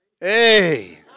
Hey